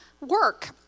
work